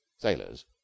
sailors